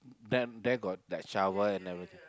then there got like shower and everything